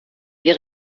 wir